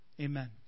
amen